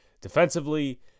defensively